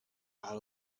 out